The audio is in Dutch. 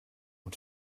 het